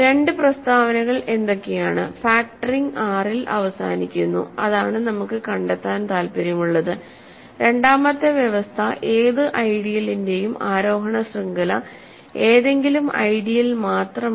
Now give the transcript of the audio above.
രണ്ട് പ്രസ്താവനകൾ എന്തൊക്കെയാണ് ഫാക്ടറിംഗ് R ൽ അവസാനിക്കുന്നു അതാണ് നമുക്ക് കണ്ടെത്താൻ താൽപ്പര്യമുള്ളത് രണ്ടാമത്തെ വ്യവസ്ഥ ഏത് ഐഡിയലിന്റെയും ആരോഹണ ശൃംഖല ഏതെങ്കിലും ഐഡിയൽ മാത്രമല്ല